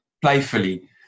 Playfully